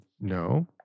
No